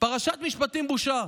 "פרשת משפטים, בושה",